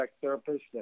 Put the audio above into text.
therapist